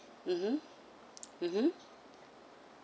mmhmm mmhmm